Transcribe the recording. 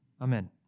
Amen